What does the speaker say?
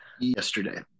Yesterday